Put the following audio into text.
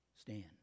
stand